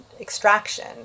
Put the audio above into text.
extraction